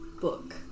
book